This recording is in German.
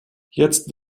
jetzt